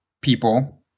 people